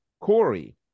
Corey